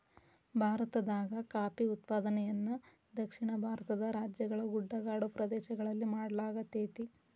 ಭಾರತದಾಗ ಕಾಫಿ ಉತ್ಪಾದನೆಯನ್ನ ದಕ್ಷಿಣ ಭಾರತದ ರಾಜ್ಯಗಳ ಗುಡ್ಡಗಾಡು ಪ್ರದೇಶಗಳಲ್ಲಿ ಮಾಡ್ಲಾಗತೇತಿ